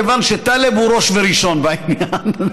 כיוון שטלב הוא ראש וראשון בעניין.